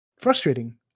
frustrating